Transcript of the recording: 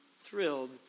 thrilled